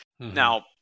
Now